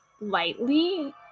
lightly